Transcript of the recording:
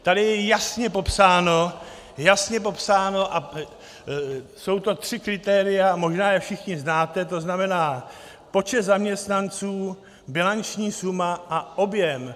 Tady je jasně popsáno a jsou to tři kritéria, možná je všichni znáte, to znamená počet zaměstnanců, bilanční suma a objem.